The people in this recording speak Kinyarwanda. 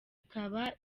ikaba